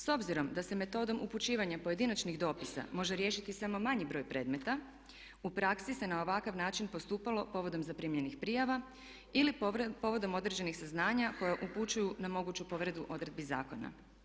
S obzirom da se metodom upućivanja pojedinačnih dopisa može riješiti samo manji broj predmeta u praksi se na ovakav način postupalo povodom zaprimljenih prijava ili povodom određenih saznanja koje upućuju na moguću povredu odredbu zakona.